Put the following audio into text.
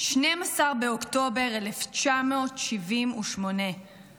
"שנים-עשר באוקטובר, אלף תשע מאות שבעים ושמונה /